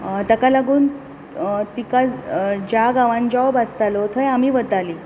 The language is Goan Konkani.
ताका लागून तिका ज्या गावान जॉब आसतालो थंय आमी वतालीं